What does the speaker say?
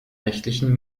rechtlichen